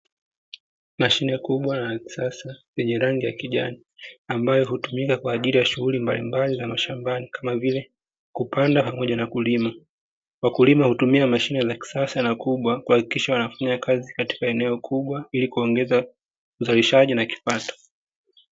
Mashine kubwa ya kisasa yenye rangi ya kijani, ambayo hutumika kwa shughuli mbalimbali za mashambani kama vile kupanda pamoja na kuvuna wakulima hutumia mashine kubwa za kisasa ili kuongeza uzalishaji na kipato.